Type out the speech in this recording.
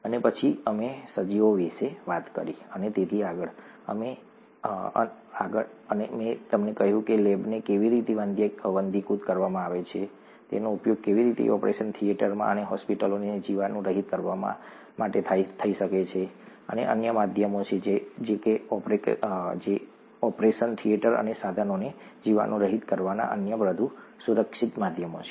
અને પછી અમે સજીવો વિશે વાત કરી અને તેથી આગળ અને મેં તમને કહ્યું કે લેબને કેવી રીતે વંધ્યીકૃત કરવામાં આવે છે તેનો ઉપયોગ કેવી રીતે ઓપરેશન થિયેટર અને હોસ્પિટલોને જીવાણુરહિત કરવા માટે પણ થઈ શકે છે અને અન્ય માધ્યમો છે ઓપરેશન થિયેટર અને સાધનોને જીવાણુરહિત કરવાના અન્ય વધુ સુરક્ષિત માધ્યમો છે